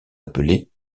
appelés